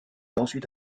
ensuite